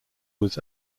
was